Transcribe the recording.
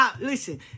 Listen